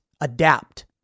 adapt